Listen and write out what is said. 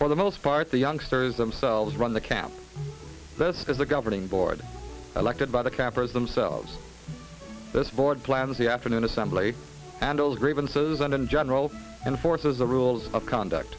for the most part the youngsters themselves run the camp this is the governing board elected by the campers themselves this board plans the afternoon assembly handles grievances and in general and forces the rules of conduct